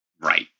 Right